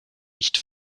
nicht